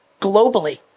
globally